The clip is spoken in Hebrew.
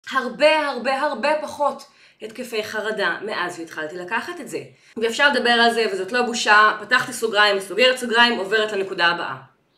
הרבה הרבה הרבה פחות התקפי חרדה מאז שהתחלתי לקחת את זה. ואפשר לדבר על זה וזאת לא בושה, פתחתי סוגריים, סוגרת סוגריים, עוברת לנקודה הבאה.